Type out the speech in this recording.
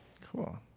Cool